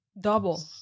double